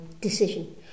decision